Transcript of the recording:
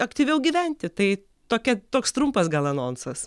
aktyviau gyventi tai tokia toks trumpas gal anonsas